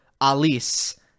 Alice